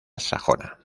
sajona